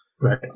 right